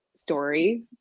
story